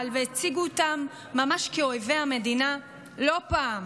והציגו אותם ממש כאויבי המדינה לא פעם.